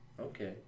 Okay